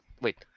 wait